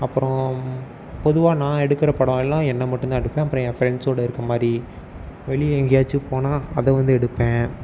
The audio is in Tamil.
அப்புறம் பொதுவாக நான் எடுக்கிற படம் எல்லாம் என்னை மட்டும்தான் எடுப்பேன் அப்புறம் என் ஃப்ரெண்ட்ஸ்டோடு இருக்கற மாதிரி வெளியே எங்கேயாச்சும் போனால் அதை வந்து எடுப்பேன்